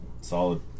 solid